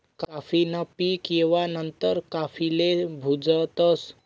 काफी न पीक येवा नंतर काफीले भुजतस